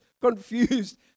confused